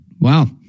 Wow